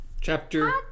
Chapter